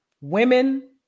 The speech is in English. women